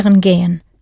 gehen